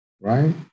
right